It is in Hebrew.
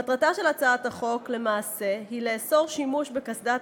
מטרתה של הצעת החוק למעשה היא לאסור שימוש בקסדת